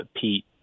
Pete –